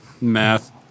Math